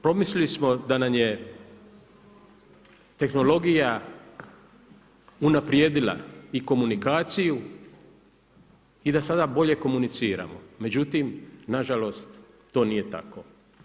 Pomislili smo da nam je tehnologija unaprijedila i komunikaciju i da sada bolje komuniciramo, međutim nažalost to nije tako.